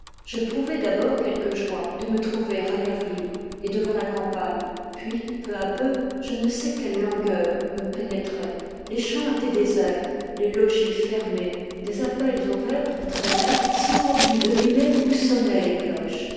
j'éprouvais d'abord quelque joie de me trouver à l'air libre et devant la campagne puis peu à peu je ne sais quelle langueur me pénétrait les champs étaient déserts les logis fermés des appels au vêpres traînaient sans qu'on pût deviner où sonnaient les cloches